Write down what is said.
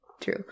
true